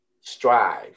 strive